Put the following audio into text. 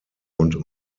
und